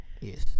Yes